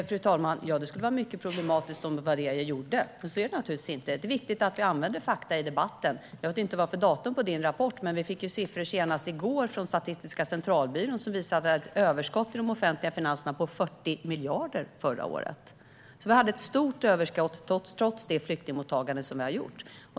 Fru talman! Jo, det skulle vara mycket problematiskt om det var det jag gjorde. Men så är det naturligtvis inte. Det är viktigt att vi använder fakta i debatten. Jag vet inte vad det står för datum på din rapport, men vi fick senast i går siffor från Statistiska centralbyrån som visade ett överskott i de offentliga finanserna på 40 miljarder förra året. Vi hade alltså ett stort överskott trots flyktingmottagandet.